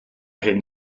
hyn